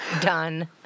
Done